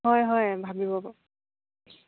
হয় হয় ভাবিব